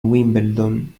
wimbledon